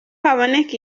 haboneka